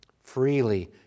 freely